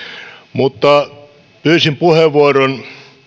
mutta pyysin puheenvuoron